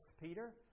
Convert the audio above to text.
Peter